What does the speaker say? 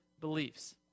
beliefs